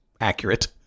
accurate